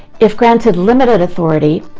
if granted limited authority,